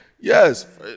yes